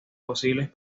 posibles